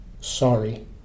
sorry